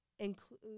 Include